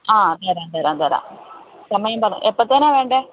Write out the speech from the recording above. അ തരാം തരാം തരാം സമയം പറ എപ്പോഴത്തേക്കാണ് വേണ്ടത്